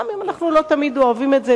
גם אם אנחנו לא תמיד אוהבים את זה.